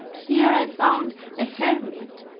here i found a hermit,